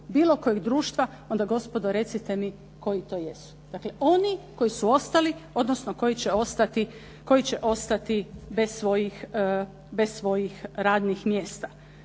bilo kojeg društva, onda gospodo recite mi koji to jesu. Oni koji su ostali, odnosno koji će ostati bez svojih radnih mjesta.